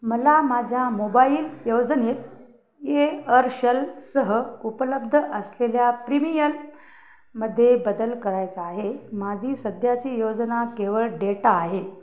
मला माझ्या मोबाईल योजनेत एअरशलसह उपलब्ध असलेल्या प्रीमियन मध्ये बदल करायचा आहे माझी सध्याची योजना केवळ डेटा आहे